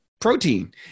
protein